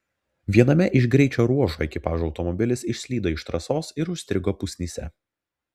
viename iš greičio ruožų ekipažo automobilis išslydo iš trasos ir užstrigo pusnyse